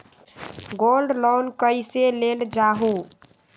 Gold loan कईसे लेल जाहु?